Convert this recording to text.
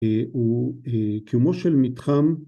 ‫וכמו של מתחם,